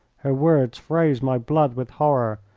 her words froze my blood with horror.